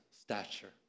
stature